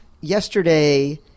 yesterday